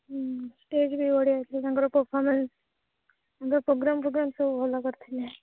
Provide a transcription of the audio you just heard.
ହୁଁ ଷ୍ଟେଜ୍ ବି ବଢ଼ିଆ ହୋଇଥିଲା ତାଙ୍କର ପରଫରମାନ୍ସ ଟାଙ୍କର ପ୍ରୋଗାମ୍ ଫ୍ରୋଗାମ୍ ସବୁ ଭଲ କରିଥିଲେ